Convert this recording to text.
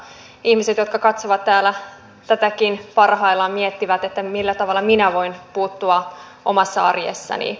ihmiset jotka katsovat täällä tätäkin parhaillaan miettivät että millä tavalla minä voin puuttua omassa arjessani